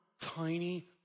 tiny